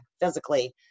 physically